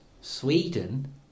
Sweden